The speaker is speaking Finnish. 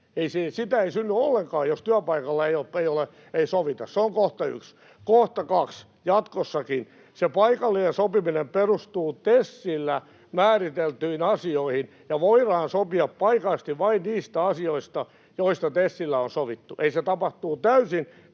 Sitä ei synny ollenkaan, jos työpaikalla ei sovita. Se on kohta yksi. Kohta kaksi: Jatkossakin se paikallinen sopiminen perustuu TESillä määriteltyihin asioihin, ja paikallisesti voidaan sopia vain niistä asioista, joista TESillä on sovittu. Eli se tapahtuu täysin